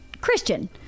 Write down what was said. Christian